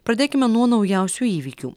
pradėkime nuo naujausių įvykių